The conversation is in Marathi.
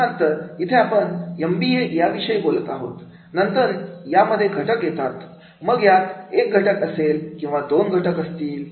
उदाहरणार्थ इथे आपण एम बी ए विषय बोलत आहोत नंतर यामध्ये घटक येतात मग यात एक घटक असेल किंवा दोन घटक असतील